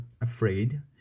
afraid